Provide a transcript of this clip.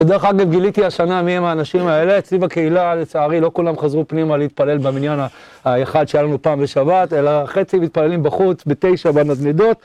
ודרך אגב, גיליתי השנה מי הם האנשים האלה, אצלי ובקהילה לצערי לא כולם חזרו פנימה להתפלל במניון האחד שלנו פעם בשבת, אלא חצי מתפללים בחוץ בתשע בנדנדות.